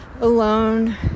alone